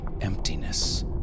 Emptiness